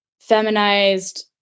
feminized